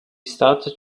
started